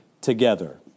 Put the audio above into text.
together